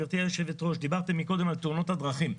גברתי היושבת-ראש, דיברתם קודם על תאונות הדרכים.